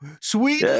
Sweet